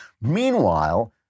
Meanwhile